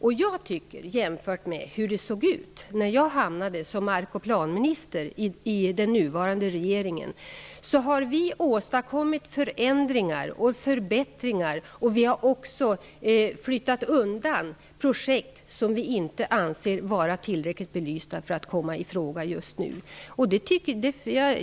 Under den tid som har gått sedan jag hamnade på posten som mark och planminister i den nuvarande regeringen har vi åstadkommit förändringar och förbättringar, och vi har också flyttat undan projekt som vi inte anser vara tillräckligt belysta för att komma i fråga just nu.